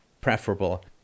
preferable